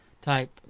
type